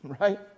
right